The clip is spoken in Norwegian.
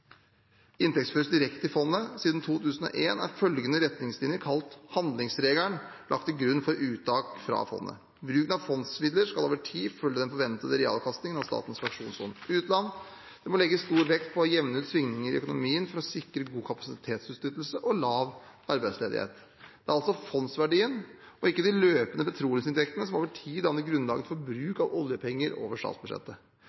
inntektsføres direkte i fondet. Siden 2001 er følgende retningslinjer, kalt handlingsregelen, lagt til grunn for uttak fra fondet: Bruken av fondsmidler skal over tid følge den forventede realavkastningen av Statens pensjonsfond utland. Det må legges stor vekt på å jevne ut svingninger i økonomien for å sikre god kapasitetsutnyttelse og lav arbeidsledighet. Det er altså fondsverdien og ikke de løpende petroleumsinntektene som over tid danner grunnlaget for